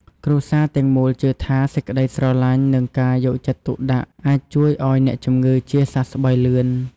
គ្រួសារទាំងមូលជឿថា សេចក្ដីស្រឡាញ់ និងការយកចិត្តទុកដាក់អាចជួយឱ្យអ្នកជំងឺជាសះស្បើយលឿន។